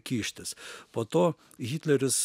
kištis po to hitleris